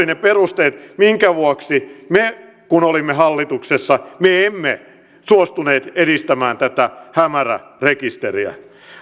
ne perusteet minkä vuoksi me kun olimme hallituksessa emme suostuneet edistämään tätä hämärärekisteriä